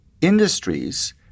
industries